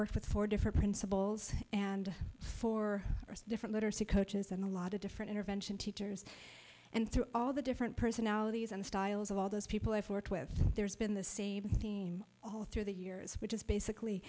worked with four different principals and four different literacy coaches and a lot of different intervention teachers and through all the different personalities and styles of all those people i've worked with there's been the same theme all through the years which is basically